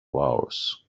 ours